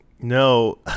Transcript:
No